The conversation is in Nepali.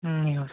हजुर